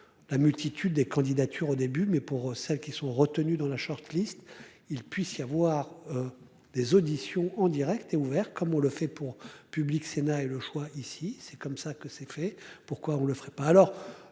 La multitude des candidatures au début mais pour celles qui sont retenus dans la short list, il puisse y avoir. Des auditions en Direct et ouvert comme on le fait pour Public Sénat et le choix ici c'est comme ça que c'est fait pourquoi on le ferait pas